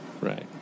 Right